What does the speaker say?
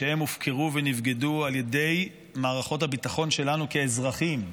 מכיוון שהם הופקרו ונבגדו על ידי מערכות הביטחון שלנו כאזרחים,